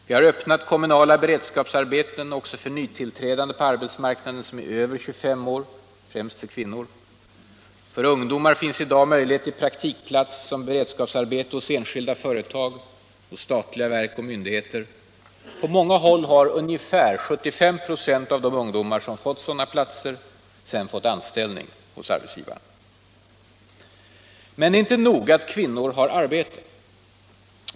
Vi har öppnat kommunala beredskapsarbeten också för nytillträdande på arbetsmarknaden som är över 25 år, främst kvinnor. För ungdomar finns i dag möjlighet till praktikplats som beredskapsarbete hos enskilda företag och statliga verk och myndigheter. På många håll har ungefär 75 96 av de ungdomar som fått sådana platser sedan fått anställning hos arbetsgivaren. Men det är inte nog att kvinnor har arbete.